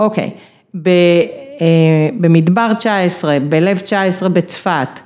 ‫אוקיי, במדבר 19, ב"לב תשעשרה" בצפת.